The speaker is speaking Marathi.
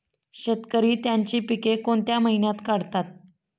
शेतकरी त्यांची पीके कोणत्या महिन्यात काढतात?